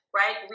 right